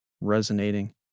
resonating